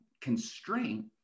constraint